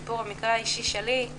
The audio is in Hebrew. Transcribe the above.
המקרה האישי שלי,